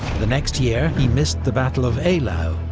the next year he missed the battle of eylau,